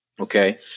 Okay